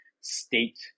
state